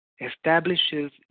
establishes